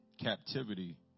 captivity